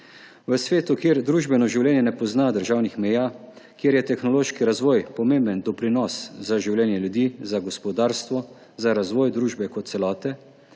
V svetu, kjer družbeno življenje ne pozna državnih meja, kjer je tehnološki razvoj pomemben doprinos za življenje ljudi, za gospodarstvo, za razvoj družbe kot celote,